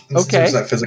Okay